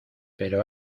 pero